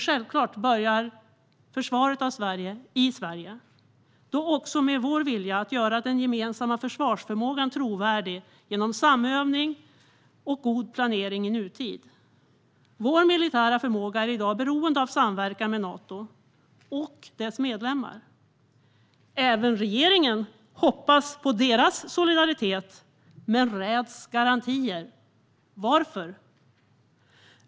Självklart börjar försvaret av Sverige i Sverige och då också med vår vilja att göra den gemensamma försvarsförmågan trovärdig genom samövning och god planering i nutid. Vår militära förmåga är i dag beroende av samverkan med Nato och dess medlemmar. Även regeringen hoppas på deras solidaritet men räds garantier. Varför?